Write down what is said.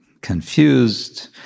confused